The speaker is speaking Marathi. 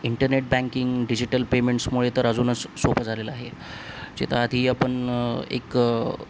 इंटरनेट बँकिंग डिजिटल पेमेंट्समुळे तर अजूनच सोपं झालेलं आहे जे ते आधी आपण एक